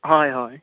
हय हय